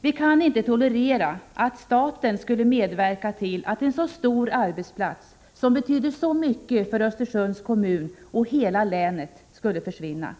Vi kan inte tolerera att staten skulle medverka till att en så stor arbetsplats, som betyder så mycket för Östersunds kommun och hela länet, skulle försvinna.